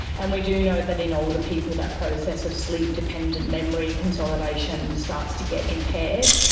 and we do know that in older people that process of sleep dependent memory consolidation starts to get impaired,